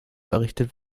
errichtet